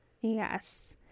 Yes